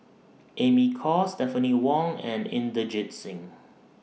Amy Khor Stephanie Wong and Inderjit Singh